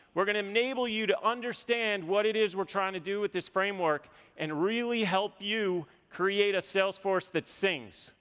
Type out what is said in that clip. we're gonna enable you to understand what it is we're trying to do with this framework and really help you create a salesforce that sing,